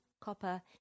copper